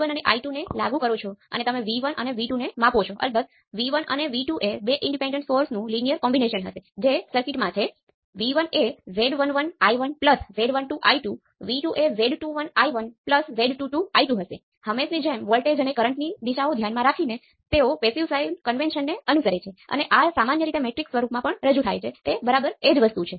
અન્યથા જો તમે અહીં અન્ય પોર્ટ ઓપન સર્કિટ સાથે કરંટ લગાવશો તો આપણને ફક્ત અનંત વોલ્ટેજ મળશે કારણ કે કરંટને વહેવાનો કોઈ રસ્તો નથી